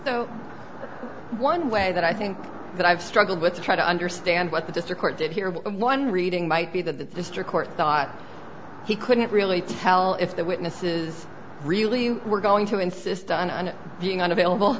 so one way that i think that i've struggled with to try to understand what the district court did here but one reading might be that this trick or thought he couldn't really tell if the witnesses really were going to insist on and being unavailable